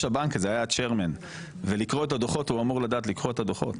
הבנק הזה והוא אמור לדעת לקרוא את הדוחות.